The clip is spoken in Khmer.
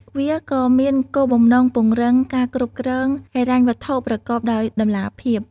វាក៏មានគោលបំណងពង្រឹងការគ្រប់គ្រងហិរញ្ញវត្ថុប្រកបដោយតម្លាភាព។